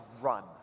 run